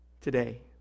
today